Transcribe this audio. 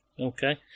okay